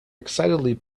excitedly